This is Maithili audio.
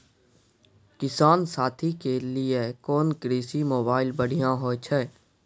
किसान साथी के लिए कोन कृषि मोबाइल बढ़िया होय छै?